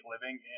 living